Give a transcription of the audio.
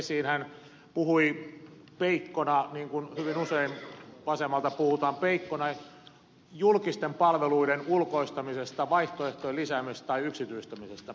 hän puhui niin kuin hyvin usein vasemmalta puhutaan julkisten palveluiden ulkoistamisesta vaihtoehtojen lisäämisestä tai yksityistämisestä peikkona